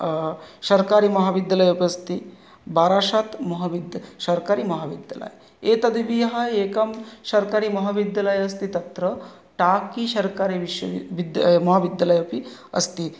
सर्वकारीय महाविद्यालयः अपि अस्ति बाराशात् महाविद्या सर्वकारीय महाविद्यालयः एतद्विहाय एकं सर्वकारीय महाविद्यालयः अस्ति तत्र टाकी सर्वकारीय विश्वविद्या महाविद्यालयः अपि अस्ति